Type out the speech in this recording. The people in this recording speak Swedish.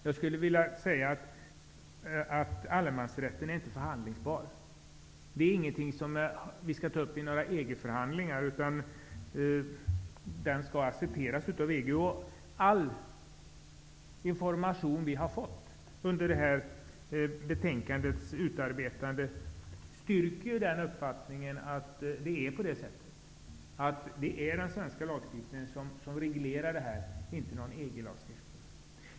Jag skulle vilja säga att allemansrätten inte är förhandlingsbar. Vi skall inte ta upp allemansrätten i EG-förhandlingar, utan den skall accepteras av EG. All information som vi har fått under utarbetandet av betänkandet styrker uppfattningen att det är den svenska lagstiftningen som reglerar allemansrätten, inte någon EG-lagstiftning.